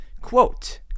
quote